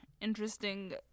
interesting